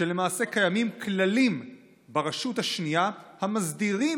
כשלמעשה קיימים כללים ברשות השנייה המסדירים